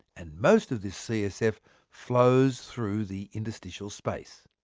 and most of this csf flows through the interstitial space.